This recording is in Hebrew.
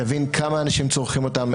להבין כמה אנשים צורכים אותם,